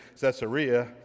Caesarea